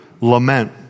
lament